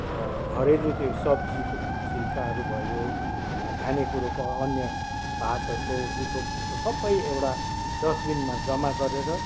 घरेलु त्यो सब्जीको छिल्काहरू भयो खानेकुरोको अन्य भातहरूको जुठोपुठो सबै एउटा डस्टबिनमा जमा गरेर